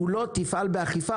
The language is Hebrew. מולו תפעל באכיפה,